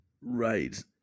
right